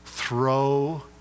Throw